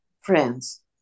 friends